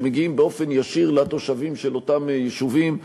שמגיעים באופן ישיר לתושבים של אותם יישובים,